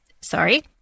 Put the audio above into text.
sorry